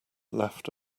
left